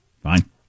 Fine